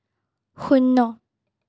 শূন্য